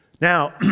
Now